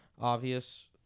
obvious